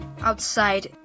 Outside